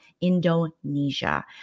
Indonesia